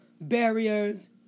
barriers